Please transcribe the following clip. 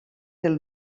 del